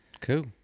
cool